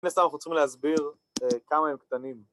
כנסת אנחנו צריכים להסביר כמה הם קטנים